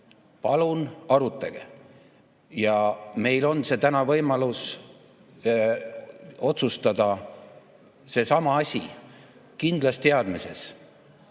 Palun arutage! Meil on täna võimalus otsustada seesama asi kindlas teadmises,